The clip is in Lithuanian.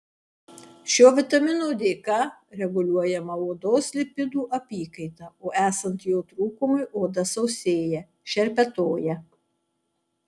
šio vitamino dėka reguliuojama odos lipidų apykaita o esant jo trūkumui oda sausėja šerpetoja